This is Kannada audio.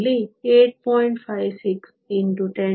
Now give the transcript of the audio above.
56 x 1013 m 3 ಆಗಿದೆ